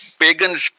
pagans